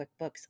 QuickBooks